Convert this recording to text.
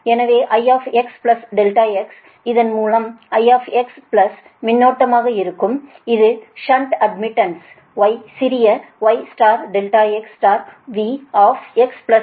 எனவே I x ∆x இதன் மூலம் I பிளஸ் மின்னோட்டமாக இருக்கும் இது ஷன்ட் அட்மிடன்ஸ் y சிறிய y ∆x V x ∆x